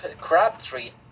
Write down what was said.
Crabtree